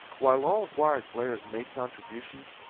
while all acquired players made contributions,